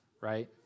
right